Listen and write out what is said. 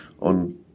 on